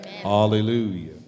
Hallelujah